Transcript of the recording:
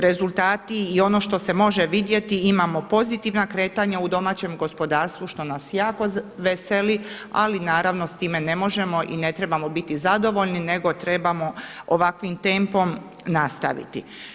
Rezultati i ono što se može vidjeti imamo pozitivna kretanja u domaćem gospodarstvu što nas jako veseli ali naravno s time ne možemo i ne trebamo biti zadovoljni nego trebamo ovakvim tempom nastaviti.